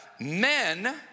men